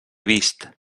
vist